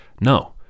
No